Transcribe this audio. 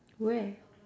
where